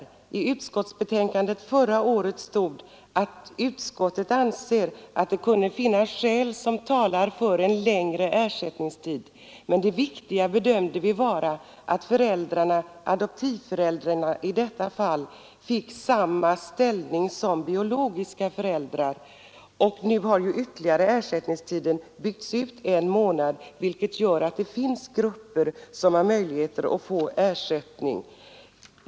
I förra årets utskottsbetänkande stod det att utskottet anser att det kunde finnas skäl som talar för en längre ersättningstid, men det viktiga bedömde vi vara att föräldrarna — adoptivföräldrarna i detta fall — fick samma ställning som biologiska föräldrar har. Nu har ersättningstiden byggts ut med ytterligare en månad, vilket gör att det finns flera grupper som har möjlighet att få ersättning.